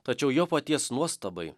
tačiau jo paties nuostabai